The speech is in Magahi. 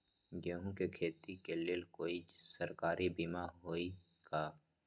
गेंहू के खेती के लेल कोइ सरकारी बीमा होईअ का?